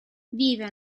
vive